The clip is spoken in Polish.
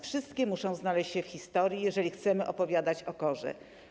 Wszystkie muszą znaleźć się w historii, jeżeli chcemy opowiadać o KOR-ze.